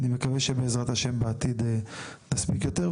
אני מקווה שבעזרת ה' בעתיד נספיק יותר,